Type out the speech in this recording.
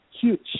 huge